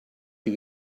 you